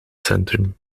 centrum